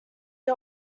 get